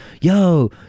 yo